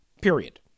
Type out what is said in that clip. period